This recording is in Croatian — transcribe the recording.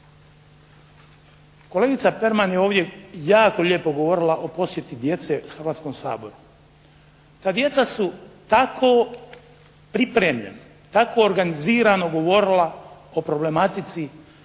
Kolegica Perman je ovdje jako lijepo govorila o posjeti djece Hrvatskom saboru. Ta djeca su tako pripremljena, tako organizirano govorila o problematici